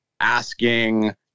asking